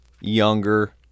younger